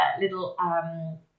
little